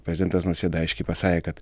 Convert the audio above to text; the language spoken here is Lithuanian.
prezidentas nausėda aiškiai pasakė kad